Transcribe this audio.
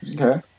Okay